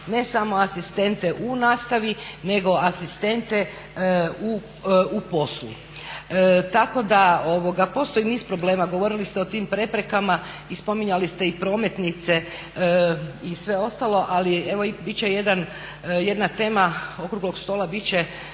ne samo asistente u nastavi, nego asistente u poslu. Tako da postoji niz problema, govorili ste o tim preprekama i spominjali ste i prometnice i sve ostalo ali evo bit će, jedna tema okruglog stola bit